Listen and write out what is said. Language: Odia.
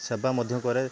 ସେବା ମଧ୍ୟ କରେ